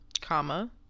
comma